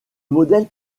modèle